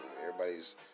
Everybody's